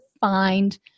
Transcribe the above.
find